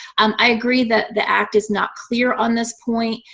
um i agree that the act is not clear on this point.